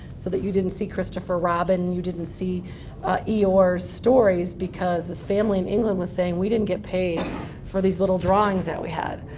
so that you didn't see christopher robin, you didn't see eeyore's stories, because this family in england was saying we didn't get paid for these little drawings that we had.